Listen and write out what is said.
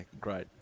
great